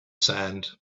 sand